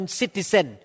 citizen